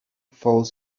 falls